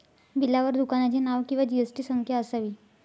बिलावर दुकानाचे नाव किंवा जी.एस.टी संख्या असावी